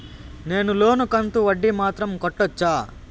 నేను లోను కంతుకు వడ్డీ మాత్రం కట్టొచ్చా?